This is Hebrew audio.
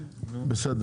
אושר.